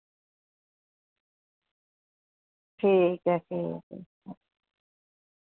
ठीक ऐ ठीक